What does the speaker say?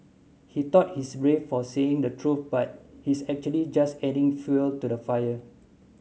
he thought he's brave for saying the truth but he's actually just adding fuel to the fire